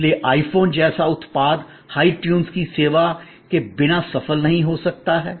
इसलिए iPhone जैसा उत्पाद हाई ट्यून्स की सेवा के बिना सफल नहीं हो सकता है